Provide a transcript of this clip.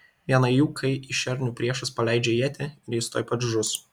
viena jų kai į šernių priešas paleidžia ietį ir jis tuoj pat žus